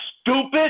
stupid